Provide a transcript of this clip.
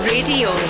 Radio